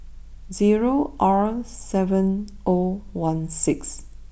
zero R seven O one six